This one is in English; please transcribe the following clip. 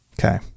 okay